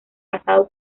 pasado